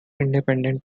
independent